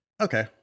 okay